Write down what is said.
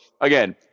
again